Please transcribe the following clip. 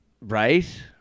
Right